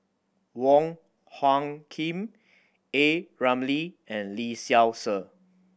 Wong Hung Khim A Ramli and Lee Seow Ser